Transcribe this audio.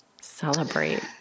celebrate